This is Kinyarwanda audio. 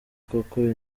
koko